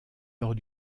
lors